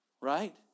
right